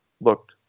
looked